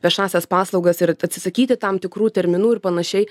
viešąsias paslaugas ir atsisakyti tam tikrų terminų ir panašiai